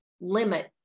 limit